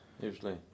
usually